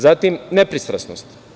Zatim, nepristrasnost.